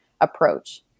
approach